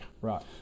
Right